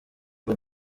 ngo